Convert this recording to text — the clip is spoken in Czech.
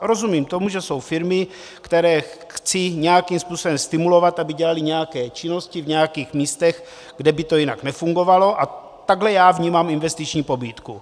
Rozumím tomu, že jsou firmy, které chci nějakým způsobem stimulovat, aby dělaly nějaké činnosti v nějakých místech, kde by to jinak nefungovalo, a takhle já vnímám investiční pobídku.